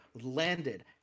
landed